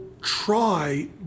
try